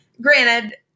granted